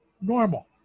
normal